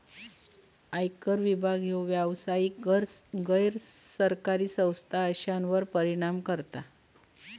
आयकर विभाग ह्यो व्यावसायिक, गैर सरकारी संस्था अश्यांवर परिणाम करता